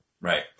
Right